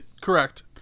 Correct